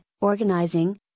organizing